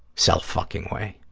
self-fucking way.